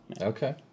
Okay